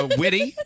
witty